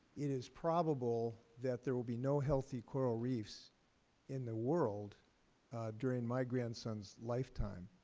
it is probable that there will be no healthy coral reefs in the world during my grandson's lifetime.